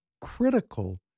critical